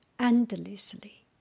Endlessly